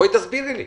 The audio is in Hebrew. בואי תסבירי לי.